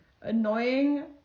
annoying